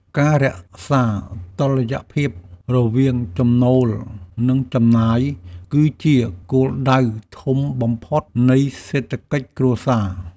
ការរក្សាតុល្យភាពរវាងចំណូល និងចំណាយ គឺជាគោលដៅធំបំផុតនៃសេដ្ឋកិច្ចគ្រួសារ។